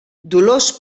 dolors